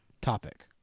topic